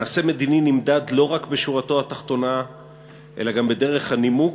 מעשה מדיני נמדד לא רק בשורתו התחתונה אלא גם בדרך הנימוק,